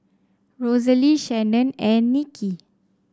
Rosalee Shannon and Nikki